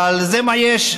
אבל זה מה יש,